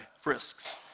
frisks